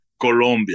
Colombia